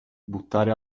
buttare